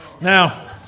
Now